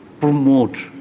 promote